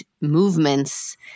movements